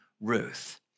Ruth